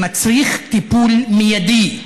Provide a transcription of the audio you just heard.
שמצריך טיפול מיידי.